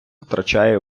втрачає